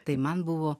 tai man buvo